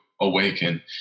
awaken